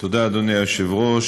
תודה, אדוני היושב-ראש.